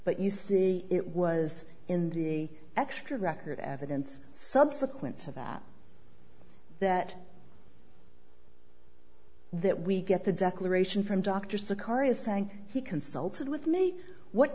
but you see it was in the extra record evidence subsequent to that that that we get the declaration from doctors the chorus and he consulted with me what